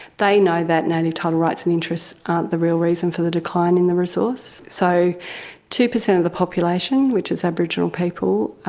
they know that native title rights and interests aren't ah the real reason for the decline in the resource. so two percent of the population, which is aboriginal people